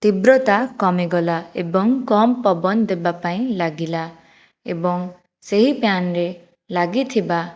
ତୀବ୍ରତା କମିଗଲା ଏବଂ କମ୍ ପବନ ଦେବା ପାଇଁ ଲାଗିଲା ଏବଂ ସେଇ ଫ୍ୟାନରେ ଲାଗିଥିବା